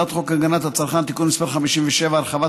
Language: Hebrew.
הצעת חוק הגנת הצרכן (תיקון מס' 57) (הרחבת